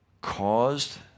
caused